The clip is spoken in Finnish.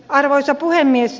arvoisa puhemies